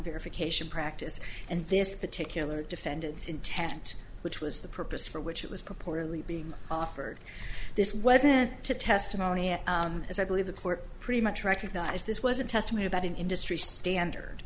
verification practice and this particular defendant's intent which was the purpose for which it was purportedly being offered this wasn't to testimony and as i believe the court pretty much recognized this was a testimony about an industry standard